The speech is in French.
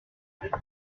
pizza